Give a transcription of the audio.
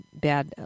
bad